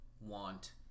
want